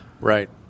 Right